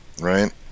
right